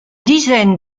dizaines